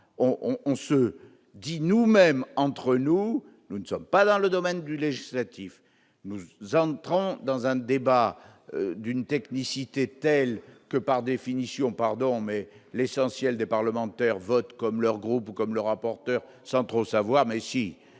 on se dit nous-mêmes, entre nous, nous ne sommes pas dans le domaine du législatif, nous entrons dans un débat d'une technicité tels que, par définition, pardon, mais l'essentiel des parlementaires votent comme leur groupe, tout comme le rapporteur, sans trop savoir mais si